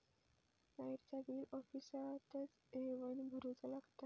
लाईटाचा बिल ऑफिसातच येवन भरुचा लागता?